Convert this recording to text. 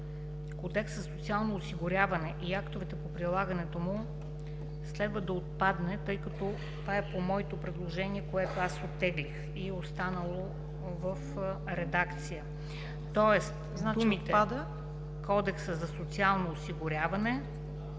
„Кодекса за социално осигуряване и актовете по прилагането му“ следва да отпадне, тъй като това е по моето предложение, което аз оттеглих, но е останало в редакцията. Думите „Кодекса за социално осигуряване“